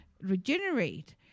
regenerate